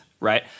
Right